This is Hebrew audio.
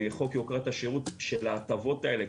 חוק יוקרת השירות של ההטבות האלה,